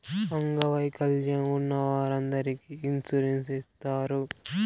అంగవైకల్యం ఉన్న వారందరికీ ఇన్సూరెన్స్ ఇత్తారు